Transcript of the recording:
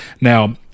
Now